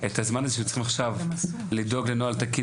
את הזמן הזה שהם צריכים עכשיו לדאוג לנוהל תקין